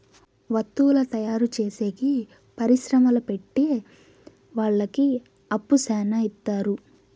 వత్తువుల తయారు చేసేకి పరిశ్రమలు పెట్టె వాళ్ళకి అప్పు శ్యానా ఇత్తారు